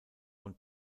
und